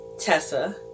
Tessa